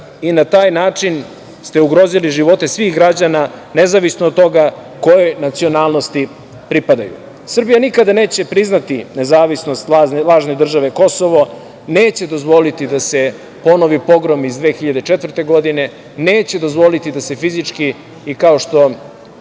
i na taj način ste ugrozili živote svih građana, nezavisno od toga kojoj nacionalnosti pripadaju. Srbija nikada neće priznati nezavisnost lažne države Kosovo, neće dozvoliti da se ponovi pogrom iz 2004. godine, neće dozvoliti da se fizički i kao što